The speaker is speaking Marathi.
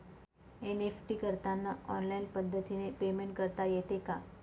एन.ई.एफ.टी करताना ऑनलाईन पद्धतीने पेमेंट करता येते का?